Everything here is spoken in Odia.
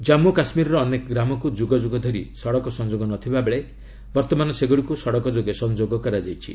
ଜାନ୍ମୁ ଓ କାଶ୍ମୀରର ଅନେକ ଗ୍ରାମକୁ ଯୁଗଯୁଗ ଧରି ସଡ଼କ ସଂଯୋଗ ନଥିବାବେଳେ ବର୍ତ୍ତମାନ ସେଗୁଡ଼ିକୁ ସଡ଼କ ଯୋଗେ ସଂଯୋଗ କରାଯାଇଛି